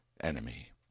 enemy